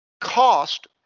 cost